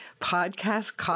podcast